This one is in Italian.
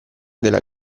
della